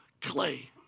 clay